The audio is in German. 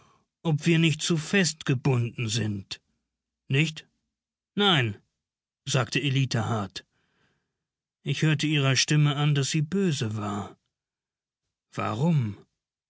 ob wir nicht zu fest gebunden sind nicht nein sagte ellita hart ich hörte ihrer stimme an daß sie böse war warum